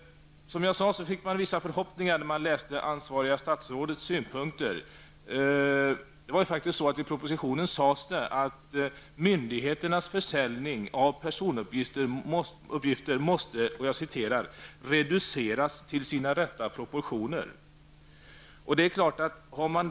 Som jag sade fick man vissa förhoppningar när man läste det ansvariga statsrådets synpunkter. I propositionen sades faktiskt att myndigheternas försäljning av personuppgifter måste ''reduceras till sina rätta proportioner''.